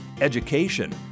education